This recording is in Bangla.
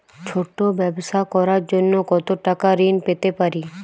ছোট ব্যাবসা করার জন্য কতো টাকা ঋন পেতে পারি?